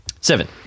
Seven